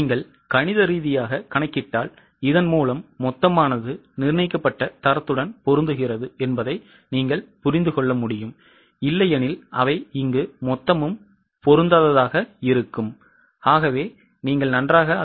நீங்கள் கணித ரீதியாக கணக்கிட்டால் இதன் மூலம் மொத்தமானது நிர்ணயிக்கப்பட்ட தரத்துடன் பொருந்துகிறது என்பதை நீங்கள் புரிந்துகொள்வீர்கள் இல்லையெனில் அவை மொத்தமும்பொருந்தாது